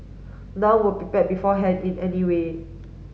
none were prepared beforehand in any way